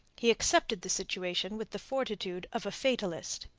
he accepted the situation with the fortitude of a fatalist.